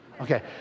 Okay